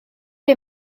les